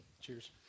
Cheers